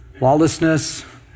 lawlessness